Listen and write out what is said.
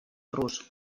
rus